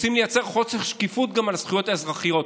רוצים לייצר חוסר שקיפות גם על הזכויות האזרחיות,